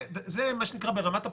זה ברמת הפרוצדורה.